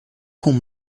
com